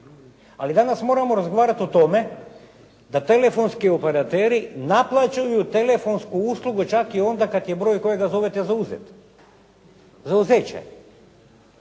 Ali danas moramo razgovarati o tome da telefonski operateri, naplaćuju telefonsku uslugu čak i onda kada je broj kojega zovete zauzet, zauzeće.